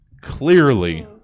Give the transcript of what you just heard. Clearly